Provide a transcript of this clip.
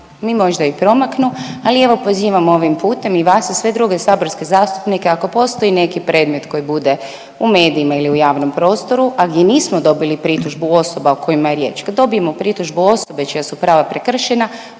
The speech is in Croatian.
mi možda i promaknu, ali evo pozivam ovim putem i vas i sve druge saborske zastupnike ako postoji neki predmet koji bude u medijima ili u javnom prostoru, a gdje nismo dobili pritužbu osoba o kojima je riječ, kad dobijemo pritužbu osobe čija su prava prekršena